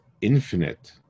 infinite